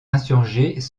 insurgés